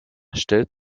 stellt